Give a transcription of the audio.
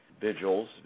vigils